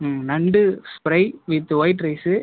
ம் நண்டு ஸ்பிரை வித்து ஒயிட் ரைஸ்ஸு